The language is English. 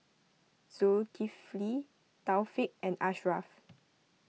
Zulkifli Taufik and Ashraf